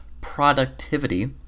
Productivity